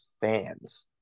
fans